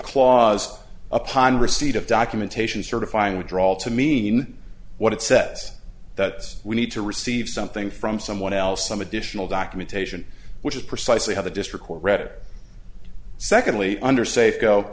clause upon receipt of documentation certifying withdrawal to mean what it says that we need to receive something from someone else some additional documentation which is precisely how the district will read it or secondly under safeco